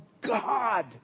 God